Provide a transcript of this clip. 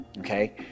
Okay